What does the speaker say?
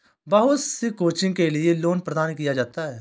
बहुत सी कोचिंग के लिये लोन प्रदान किया जाता है